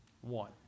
one